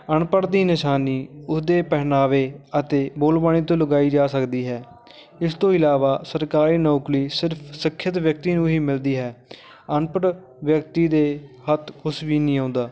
ਅਨਪੜ੍ਹ ਦੀ ਨਿਸ਼ਾਨੀ ਉਸਦੇ ਪਹਿਨਾਵੇ ਅਤੇ ਬੋਲਬਾਣੀ ਤੋਂ ਲਗਾਈ ਜਾ ਸਕਦੀ ਹੈ ਇਸ ਤੋਂ ਇਲਾਵਾ ਸਰਕਾਰੀ ਨੌਕਰੀ ਸਿਰਫ ਸਿੱਖਿਅਤ ਵਿਅਕਤੀ ਨੂੰ ਹੀ ਮਿਲਦੀ ਹੈ ਅਨਪੜ੍ਹ ਵਿਅਕਤੀ ਦੇ ਹੱਥ ਕੁਛ ਵੀ ਨਹੀਂ ਆਉਂਦਾ